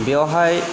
बेयावहाय